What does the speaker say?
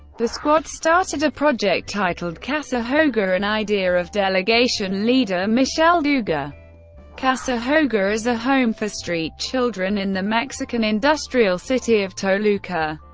the squad started a project titled casa hogar, an idea of delegation leader michel d'hooghe. ah casa hogar is a home for street children in the mexican industrial city of toluca,